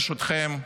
ברשותכם,